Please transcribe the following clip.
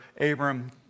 Abram